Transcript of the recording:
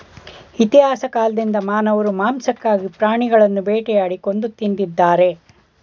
ಇತಿಹಾಸ ಕಾಲ್ದಿಂದ ಮಾನವರು ಮಾಂಸಕ್ಕಾಗಿ ಪ್ರಾಣಿಗಳನ್ನು ಬೇಟೆಯಾಡಿ ಕೊಂದು ತಿಂದಿದ್ದಾರೆ